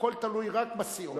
הכול תלוי רק בסיעות.